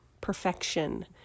Perfection